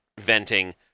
venting